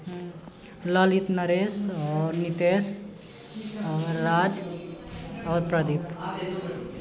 ललित नरेश आओर नितेश आओर राज आओर प्रदीप